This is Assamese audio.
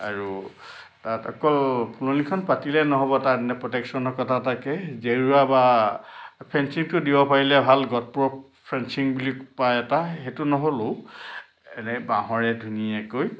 আৰু তাত অকল ফুলনিখন পাতিলে নহ'ব তাত এনে প্ৰট্যেকশ্যনৰ কথা থাকে জেউৰা বা ফেঞ্চিংটো দিব পাৰিলে ভাল গট প্ৰ' ফেঞ্চিং বুলি পায় এটা সেইটো নহ'লেও এনে বাঁহৰে ধুনীয়াকৈ